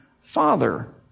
father